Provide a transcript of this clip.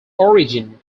origin